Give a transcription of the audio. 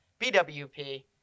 BWP